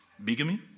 Bigamy